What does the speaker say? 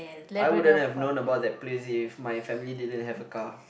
I wouldn't have known about that place if my family didn't have a car